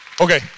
Okay